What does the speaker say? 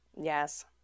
yes